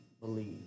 believe